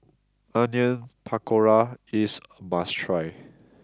Onion Pakora is a must try